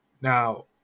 Now